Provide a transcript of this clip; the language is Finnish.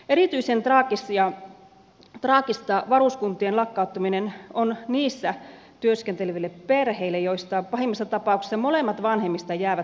erityisen traagista varuskuntien lakkauttaminen on niissä työskenteleville perheille joissa pahimmassa tapauksessa molemmat vanhemmista jäävät vaille työtä